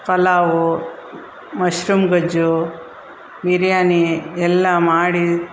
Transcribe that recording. pulao mushroom ಗೊಜ್ಜು ಬಿರಿಯಾನಿ ಎಲ್ಲ ಮಾಡಿ